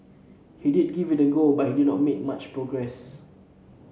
he did give it a go but did not make much progress